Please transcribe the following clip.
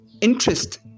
interest